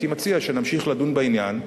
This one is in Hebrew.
הייתי מציע שנמשיך לדון בעניין.